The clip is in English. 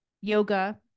yoga